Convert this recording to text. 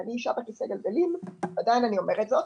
אני אישה בכיסא גלגלים, ועדיין אני אומרת זאת.